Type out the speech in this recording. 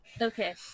Okay